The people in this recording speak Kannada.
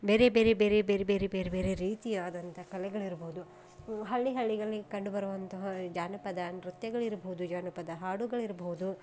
ಬೇರೆ ಬೇರೆ ಬೇರೆ ಬೇರೆ ಬೇರೆ ಬೇರೆ ಬೇರೆ ರೀತಿಯಾದಂಥ ಕಲೆಗಳಿರ್ಬೋದು ಹಳ್ಳಿ ಹಳ್ಳಿಗಳಿಗ್ ಕಂಡು ಬರುವಂತಹ ಈ ಜಾನಪದ ನೃತ್ಯಗಳಿರ್ಬೋದು ಜಾನಪದ ಹಾಡುಗಳಿರ್ಬೋದು